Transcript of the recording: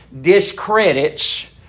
discredits